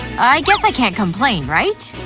i guess i can't complain, right?